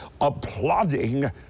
applauding